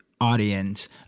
audience